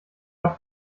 auf